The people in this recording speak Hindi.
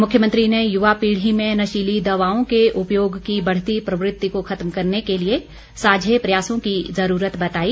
मुख्यमंत्री ने युवा पीढ़ी में नशीली दवाओं के उपयोग की बढ़ती प्रवृत्ति को खत्म करने के लिए साझे प्रयासों की जरूरत बताई